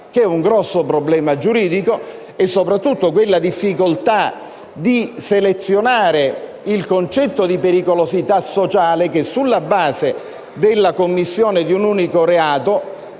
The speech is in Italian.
che è un grosso problema giuridico, e soprattutto quella difficoltà di selezionare il concetto di pericolosità sociale che, sulla base della commissione di un unico reato,